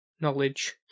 knowledge